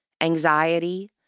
anxiety